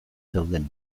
zeuden